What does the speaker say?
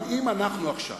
אבל אם אנחנו עכשיו,